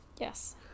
Yes